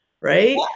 Right